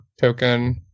token